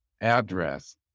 address